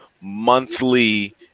monthly